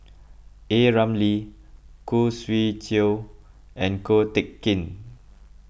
A Ramli Khoo Swee Chiow and Ko Teck Kin